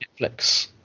Netflix